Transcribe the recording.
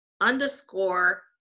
underscore